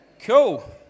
Cool